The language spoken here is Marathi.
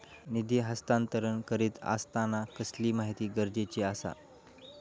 निधी हस्तांतरण करीत आसताना कसली माहिती गरजेची आसा?